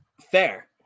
Fair